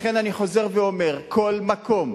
לכן, אני חוזר ואומר: כל מקום,